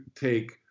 take